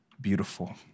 beautiful